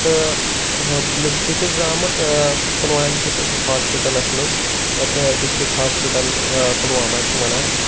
تہٕ ٲں مےٚ چھُ بہٕ چھُس زامُت ٲں پُلوامہِ کِس أکِس ہاسپِٹَلَس منٛز یَتھ ڈِسٹِرٛک ہاسپِٹَل ٲں پُلوامہ چھِ وَنان